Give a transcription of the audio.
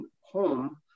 home